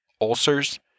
ulcers